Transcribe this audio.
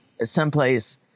someplace